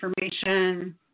information